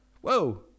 whoa